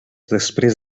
després